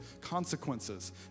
consequences